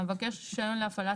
המבקש רישיון להפעלת